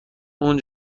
اون